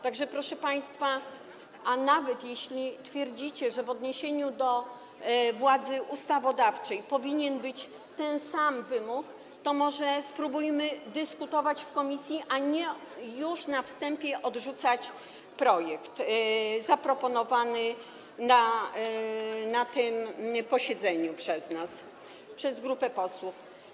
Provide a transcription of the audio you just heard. Tak że, proszę państwa, nawet jeśli twierdzicie, że w odniesieniu do władzy ustawodawczej powinien być ten sam wymóg, to może spróbujmy dyskutować w komisji, nie odrzucajmy już na wstępie projektu zaproponowanego na tym posiedzeniu przez nas, przez grupę posłów.